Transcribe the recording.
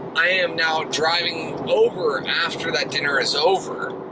i am now driving over after that dinner is over,